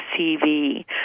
CV